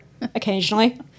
occasionally